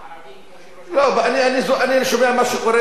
אני שומע מה קורה בממשלה,